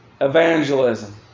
evangelism